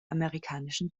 amerikanischen